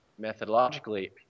methodologically